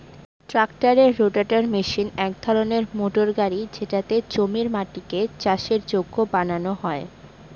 ট্রাক্টরের রোটাটার মেশিন এক ধরনের মোটর গাড়ি যেটাতে জমির মাটিকে চাষের যোগ্য বানানো হয়